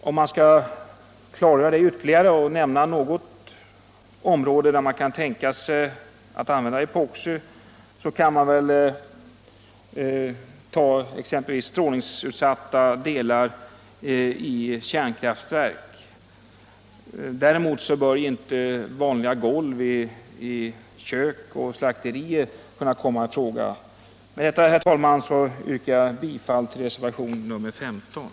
Som exempel på yuerligare områden, där man kan tänka sig tillåta epoxi, kan nämnas strålningsutsatta delar i kärnkraftverk. Däremot bör vanliga golv i kök och slakterier inte kunna komma i fråga för dispens.